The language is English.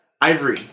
Ivory